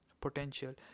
potential